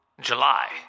July